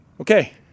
Okay